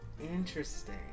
interesting